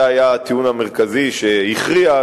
זה היה הטיעון המרכזי שהכריע,